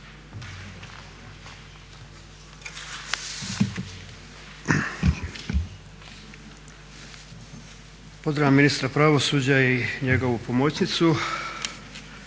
Pozdravljam ministra pravosuđa i njegovu pomoćnicu.